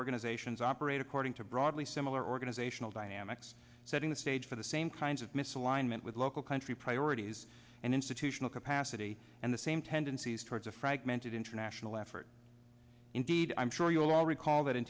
organizations operate according to broadly similar organizational dynamics setting the stage for the same kinds of misalignment with local country priorities and institutional capacity and the same tendencies towards a fragmented international effort indeed i'm sure you'll all recall that in